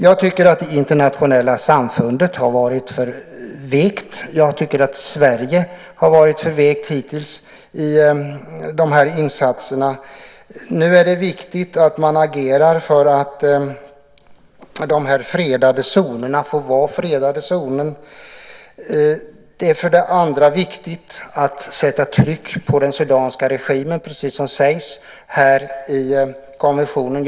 Jag tycker att det internationella samfundet har varit för vekt. Jag tycker att Sverige har varit för vekt hittills i de här insatserna. Nu är det viktigt att man agerar för att de fredade zonerna får vara fredade zoner. Vidare är det viktigt att sätta tryck på den sudanska regimen, precis som sägs i konventionen.